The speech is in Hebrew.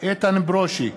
איתן ברושי,